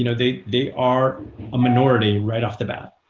you know they they are a minority, right off the bat.